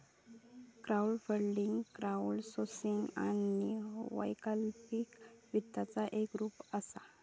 crowdfunding crowdsourcing आणि वैकल्पिक वित्ताचा एक रूप असा